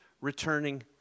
returning